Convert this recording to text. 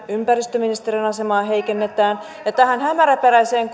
ympäristöministeriön asemaa heikennetään ja tästä hämäräperäisestä